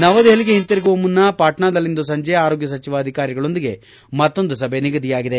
ನವದೆಹಲಿಗೆ ಹಿಂದಿರುಗುವ ಮುನ್ನ ಪಾಟ್ನಾದಲ್ಲಿಂದು ಸಂಜೆ ರಾಜ್ಯ ಆರೋಗ್ಯ ಅಧಿಕಾರಿಗಳೊಂದಿಗೆ ಮತ್ತೊಂದು ಸಭೆ ನಿಗದಿಯಾಗಿದೆ